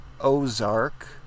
Ozark